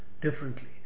differently